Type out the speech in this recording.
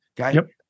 okay